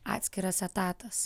atskiras etatas